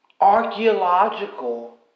archaeological